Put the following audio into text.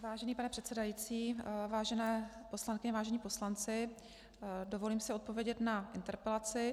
Vážený pane předsedající, vážené poslankyně, vážení poslanci, dovolím si odpovědět na interpelaci.